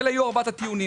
אלה היו ארבעת הטיעונים.